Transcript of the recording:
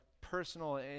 personal